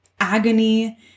agony